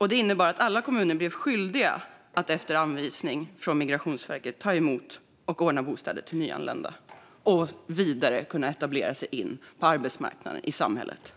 Lagen innebar att alla kommuner blev skyldiga att efter anvisning från Migrationsverket ta emot och ordna bostäder till nyanlända - för att vidare etableras in på arbetsmarknaden och i samhället.